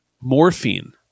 Morphine